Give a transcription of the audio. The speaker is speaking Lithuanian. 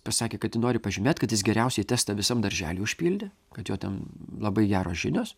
pasakė kad ji nori pažymėt kad jis geriausiai testą visam daržely užpildė kad jo ten labai geros žinios